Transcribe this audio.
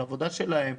זו עבודה שלהם,